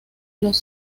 los